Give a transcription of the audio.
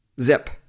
Zip